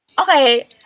okay